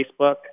Facebook